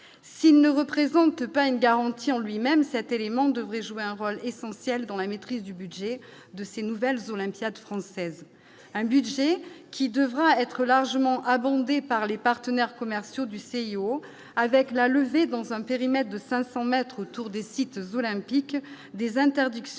s'il ne représente pas une garantie en lui-même, cet élément devrait jouer un rôle essentiel dans la maîtrise du budget de ces nouvelles Olympiades française un budget qui devra être largement abondé par les partenaires commerciaux du CIO avec la levée dans un périmètre de 500 mètres autour des sites olympiques des interdictions